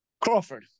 Crawford